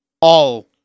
All-